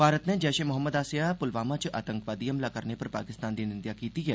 भारत नै जैशे मोहम्मद आसेआ प्लवामा च आतंकवादी हमला करने पर पाकिस्तान दी निंदेआ कीती ऐ